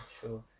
sure